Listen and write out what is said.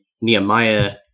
Nehemiah